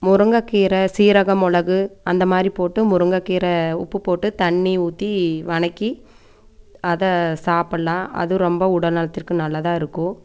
முருங்ககீரை சீரகம் மிளகு அந்த மாதிரி போட்டு முருங்கக்கீரை உப்பு போட்டு தண்ணி ஊற்றி வதக்கி அதை சாப்புடிடலான் அதுவும் ரொம்ப உடல் நலத்திற்கு நல்லதாகருக்கும்